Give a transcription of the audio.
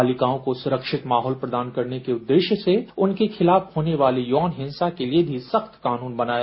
बालिकाओं को सुरक्षित माहौल प्रदान करने के उद्देश्य से उनके खिलाफ होने वाले यौन हिंसा के लिए भी सख्त कानून बनाया